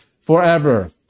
forever